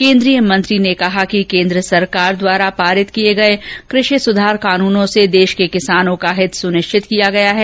केन्द्रीय मंत्री ने कहा कि केन्द्र सरकार द्वारा पारीत किये गये कृषि सुधार कानूनों से देश के किसानों का हित सुनिश्चित किया गया है